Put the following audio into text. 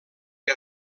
que